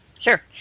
Sure